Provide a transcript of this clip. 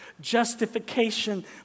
justification